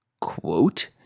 Quote